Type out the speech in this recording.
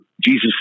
Jesus